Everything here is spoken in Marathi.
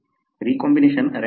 रीकॉम्बिनेशन रँडम आहे